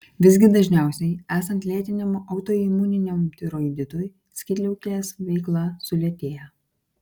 visgi dažniausiai esant lėtiniam autoimuniniam tiroiditui skydliaukės veikla sulėtėja